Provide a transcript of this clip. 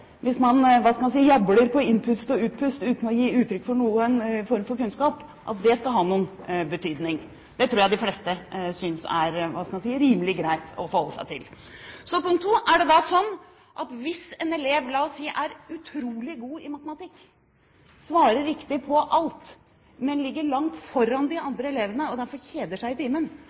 på innpust og utpust uten å gi uttrykk for noen form for kunnskap – skal ha noe betydning. Det tror jeg de fleste synes er rimelig greit å forholde seg til. Så punkt to: Er det da slik at hvis en elev er utrolig god i – la oss si – matematikk og svarer riktig på alt, men ligger langt foran de andre elevene og derfor kjeder seg i timen